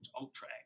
Ultra